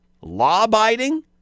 Law-abiding